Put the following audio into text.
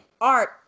art